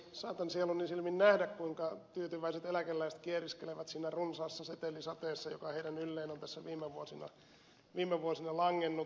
saatan sieluni silmin nähdä kuinka tyytyväiset eläkeläiset kieriskelevät siinä runsaassa setelisateessa joka heidän ylleen on tässä viime vuosina langennut